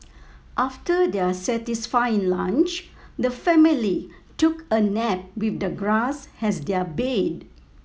after their satisfying lunch the family took a nap with the grass as their bed